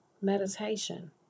Meditation